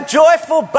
joyful